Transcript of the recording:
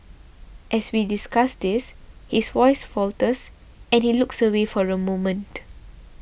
as we discuss this his voice falters and he looks away for a moment